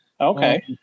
Okay